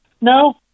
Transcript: No